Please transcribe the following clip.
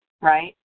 right